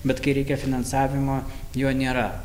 bet kai reikia finansavimo jo nėra